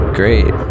great